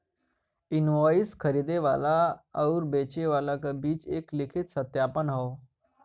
invoice खरीदे वाले आउर बेचे वाले क बीच एक लिखित सत्यापन हौ